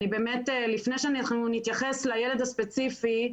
לפני שאנחנו נתייחס לילד הספציפי,